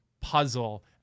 Puzzle